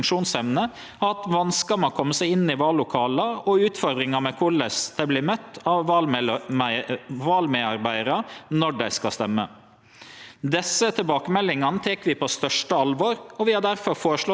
Desse tilbakemeldingane tek vi på største alvor, og vi har difor føreslått å skjerpe krava til kommunane om tilgjenge i den nye lova. I dag kan ein kommune bruke eit vallokale der ikkje alle veljarane kjem seg inn.